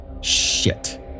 Shit